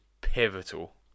pivotal